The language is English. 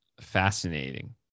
fascinating